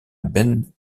ben